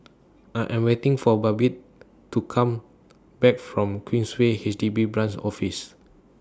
I Am waiting For Babette to Come Back from Queensway H D B Branch Office